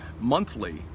monthly